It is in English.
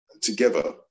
together